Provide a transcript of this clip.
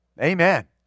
Amen